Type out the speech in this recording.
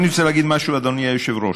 אני רוצה להגיד משהו, אדוני היושב-ראש.